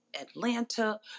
Atlanta